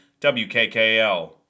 WKKL